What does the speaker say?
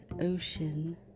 ocean